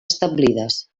establides